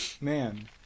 man